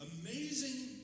amazing